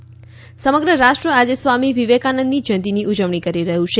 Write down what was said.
સ્વામી વિવેકાનંદ સમગ્ર રાષ્ટ્ર આજે સ્વામી વિવેકાનંદની જયંતિની ઉજવણી કરી રહ્યું છે